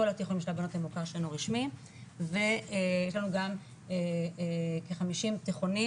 כל התיכונים של הבנות זה מוכר שאינו רשמי ויש לנו גם כ-50 תיכונים